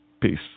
Peace